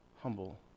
Humble